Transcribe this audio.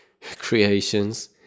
creations